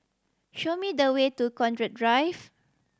show me the way to Connaught Drive